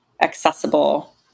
accessible